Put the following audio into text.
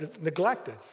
neglected